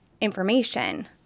information